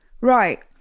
Right